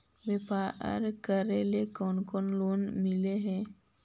व्यापार करेला कौन कौन लोन मिल हइ?